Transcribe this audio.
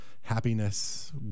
happiness